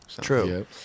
True